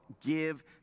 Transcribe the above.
give